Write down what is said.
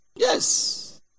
Yes